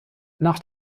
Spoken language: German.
nach